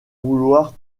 vouloir